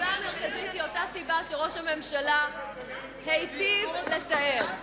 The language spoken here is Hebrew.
הסיבה המרכזית היא אותה סיבה שראש הממשלה היטיב לתאר.